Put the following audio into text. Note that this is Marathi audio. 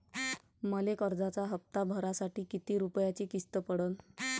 मले कर्जाचा हप्ता भरासाठी किती रूपयाची किस्त पडन?